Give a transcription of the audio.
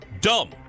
dumb